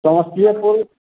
Samastipur